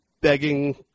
begging